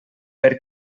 per